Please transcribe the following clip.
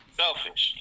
selfish